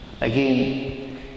Again